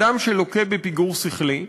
אדם שלוקה בפיגור שכלי,